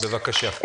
בבקשה.